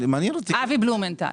אבי בלומנטל.